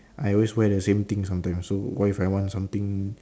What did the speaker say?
I always wear the same thing sometimes so what if I want something